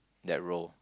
that role